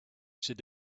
said